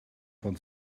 von